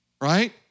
right